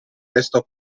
restò